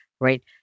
right